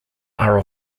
are